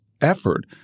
effort—